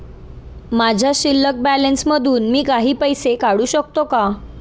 माझ्या शिल्लक बॅलन्स मधून मी काही पैसे काढू शकतो का?